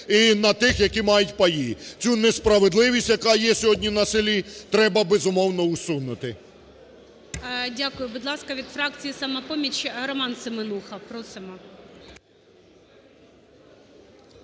і на тих, які мають паї. Цю несправедливість, яка є сьогодні на селі, треба, безумовно, усунути. ГОЛОВУЮЧИЙ. Дякуємо. Будь ласка, від фракції "Самопоміч" Роман Семенуха. Просимо.